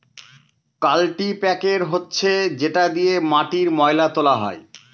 কাল্টিপ্যাকের হচ্ছে যেটা দিয়ে মাটির ময়লা তোলা হয়